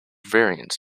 variants